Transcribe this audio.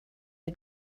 are